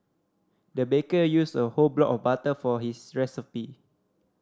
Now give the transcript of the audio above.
the baker used a whole block of butter for his recipe